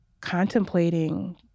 contemplating